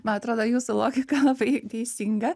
man atrodo jūsų logika labai teisinga